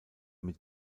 mit